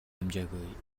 амжаагүй